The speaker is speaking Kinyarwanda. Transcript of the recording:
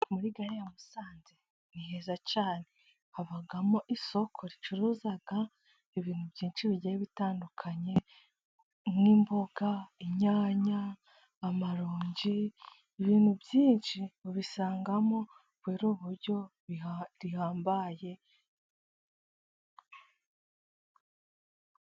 Muri gare ya Musanze ni heza cyane, habamo isoko ricuruza ibintu byinshi bigiye bitandukanye nk'imboga, inyanya, amaronji ibintu byinshi ubisangamo kubera uburyo rihambaye.